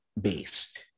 based